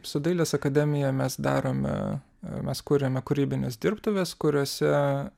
su dailės akademija mes darome mes kuriame kūrybines dirbtuves kuriose